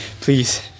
please